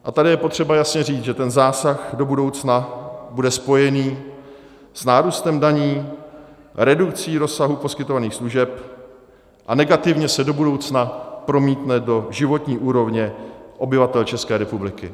A tady je potřeba jasně říct, že ten zásah do budoucna bude spojen s nárůstem daní, redukcí rozsahu poskytovaných služeb a negativně se do budoucna promítne do životní úrovně obyvatel České republiky.